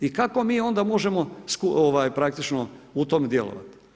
I kako mi onda možemo praktično u tome djelovati?